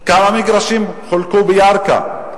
כמה מגרשים חולקו בירכא,